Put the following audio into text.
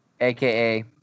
AKA